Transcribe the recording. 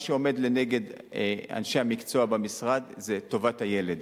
מה שעומד לנגד עיני אנשי המקצוע במשרד זה כמובן טובת הילד.